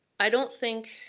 i don't think,